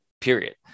period